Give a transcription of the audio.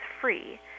free